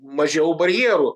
mažiau barjerų